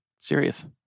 serious